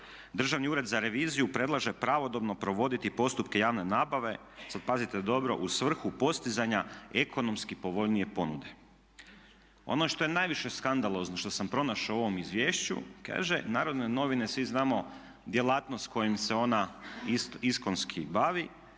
Državni ured za reviziju predlaže pravodobno provoditi postupke javne nabave, sad pazite dobro, u svrhu postizanja ekonomski povoljnije ponude. Ono što je najviše skandalozno što sam pronašao u ovom izvješću kaže Narodne novine svi znamo djelatnost kojom se ona iskonski bavi,